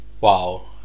wow